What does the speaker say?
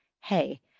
hey